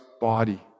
body